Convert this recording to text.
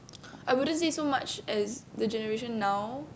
I wouldn't say so much as the generation now